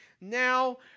now